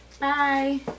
Bye